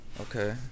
Okay